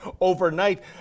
overnight